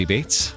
Bates